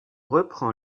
reprend